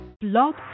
Blog